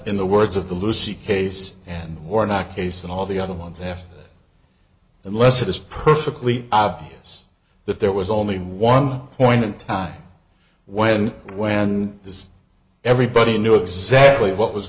in the words of the lucy case and we're not case in all the other ones have unless it is perfectly obvious that there was only one point in time when when this everybody knew exactly what was